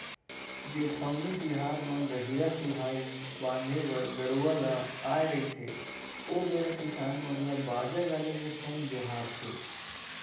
जेठउनी तिहार म गहिरा सुहाई बांधे बर गरूवा ल आय रहिथे ओ बेरा किसान मन ल बाजा गाजा के संग जोहारथे